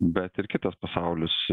bet ir kitas pasaulis